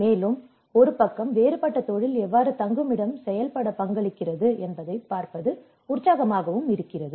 மேலும் ஒரு பக்கம் வேறுபட்ட தொழில் எவ்வாறு தங்குமிடம் செயல்பட பங்களிக்கிறது என்பதைப் பார்ப்பது உற்சாகமாகவும் இருக்கிறது